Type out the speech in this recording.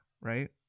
right